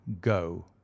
go